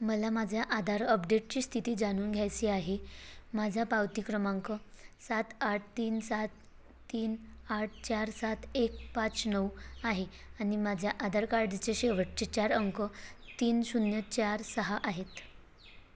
मला माझ्या आधार अपडेटची स्थिती जाणून घ्यायची आहे माझा पावती क्रमांक सात आठ तीन सात तीन आठ चार सात एक पाच नऊ आहे आणि माझ्या आधार कार्डचे शेवटचे चार अंक तीन शून्य चार सहा आहेत